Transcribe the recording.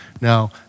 Now